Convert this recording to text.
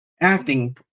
acting